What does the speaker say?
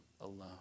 alone